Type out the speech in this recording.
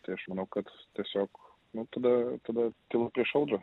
tai aš manau kad tiesiog nu tada tada tyla prieš audrą